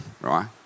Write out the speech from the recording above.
right